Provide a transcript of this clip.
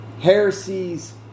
heresies